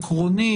עקרונית,